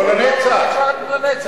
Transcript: לא לנצח,